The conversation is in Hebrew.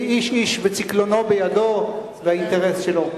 איש-איש וצקלונו בידו לאינטרס שלו.